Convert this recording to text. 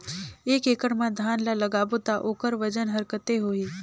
एक एकड़ मा धान ला लगाबो ता ओकर वजन हर कते होही?